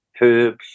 herbs